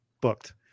Booked